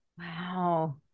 Wow